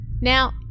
Now